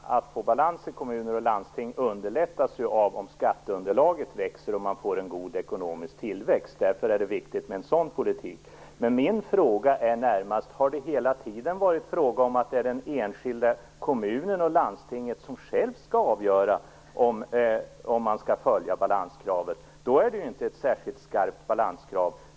Herr talman! Möjligheterna att få balans i kommuner och landsting underlättas om skatteunderlaget växer och man får en god ekonomisk tillväxt. Därför är det viktigt med en sådan politik. Men min fråga är närmast: Har det hela tiden varit fråga om att man i den enskilda kommunen och landstinget själv skall avgöra om man skall följa balanskravet? Då är det inte ett särskilt skarpt balanskrav.